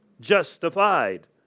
justified